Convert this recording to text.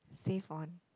save on